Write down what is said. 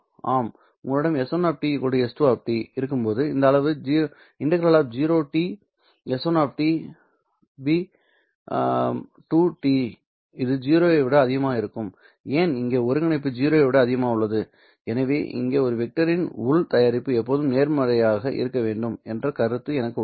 உங்களிடம் s1 s2 இருக்கும்போது இந்த அளவு ∫0T ¿s1 ∨¿2 dt ¿ இது 0 ஐ விட அதிகமாக இருக்கும் ஏன் இங்கே ஒருங்கிணைப்பு 0 ஐ விட அதிகமாக உள்ளது எனவே இங்கே ஒரு வெக்டரின் உள் தயாரிப்பு எப்போதும் நேர்மறையாக இருக்க வேண்டும் என்ற கருத்து எனக்கு உள்ளது